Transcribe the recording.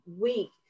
week